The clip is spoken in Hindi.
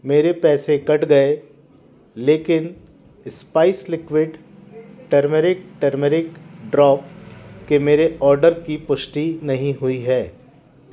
मेरे पैसे कट गए लेकिन spice liquid turmeric turmeric drop के मेरे ऑर्डर की पुष्टि नहीं हुई है